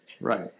Right